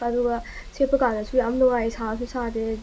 ꯑꯗꯨꯒ ꯁꯦꯠꯄ ꯀꯥꯟꯗꯁꯨ ꯌꯥꯝ ꯅꯨꯡꯉꯥꯏ ꯁꯥꯁꯨ ꯁꯥꯗꯦ